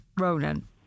Ronan